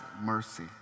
mercy